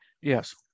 Yes